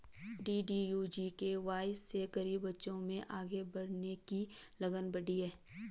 DDU GKY से गरीब बच्चों में आगे बढ़ने की लगन बढ़ी है